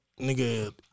nigga